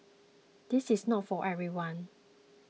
this is not for everyone